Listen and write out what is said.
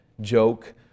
joke